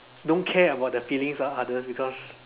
don't care about the feelings of others because